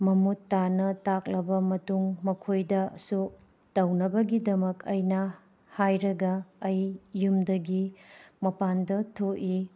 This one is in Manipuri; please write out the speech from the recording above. ꯃꯃꯨꯠ ꯇꯥꯅ ꯇꯥꯛꯂꯕ ꯃꯇꯨꯡ ꯃꯈꯣꯏꯗꯁꯨ ꯇꯧꯅꯕꯒꯤꯗꯃꯛ ꯑꯩꯅ ꯍꯥꯏꯔꯒ ꯑꯩ ꯌꯨꯝꯗꯒꯤ ꯃꯄꯥꯟꯗ ꯊꯣꯛꯏ